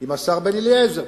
עם השר בן-אליעזר,